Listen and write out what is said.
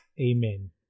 Amen